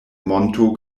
monto